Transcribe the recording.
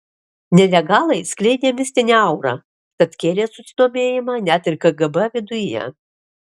nelegalai skleidė mistinę aurą tad kėlė susidomėjimą net ir kgb viduje